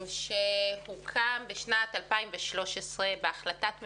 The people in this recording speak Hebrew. שהוקם בשנת 2013 בהחלטת ממשלה,